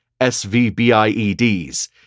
SVBIEDs